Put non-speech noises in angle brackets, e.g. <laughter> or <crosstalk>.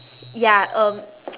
ya um <noise>